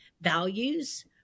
values